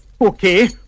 Okay